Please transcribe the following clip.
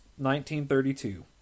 1932